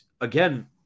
again